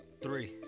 Three